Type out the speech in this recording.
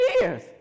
years